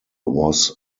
was